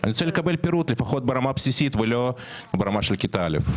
אני רוצה לקבל פירוט לפחות ברמה הבסיסית ולא ברמה של כיתה א'.